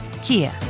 Kia